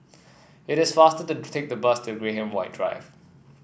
it is faster to take the bus to Graham White Drive